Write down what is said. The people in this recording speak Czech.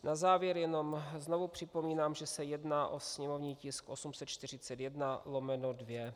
Na závěr jenom znovu připomínám, že se jedná o sněmovní tisk 841/2.